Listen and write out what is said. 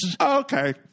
Okay